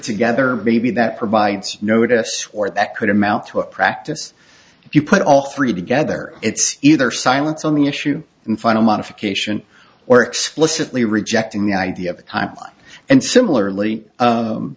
together maybe that provides notice or that could amount to a practice if you put all three together it's either silence on the issue and final modification or explicitly rejecting the idea of time and similarly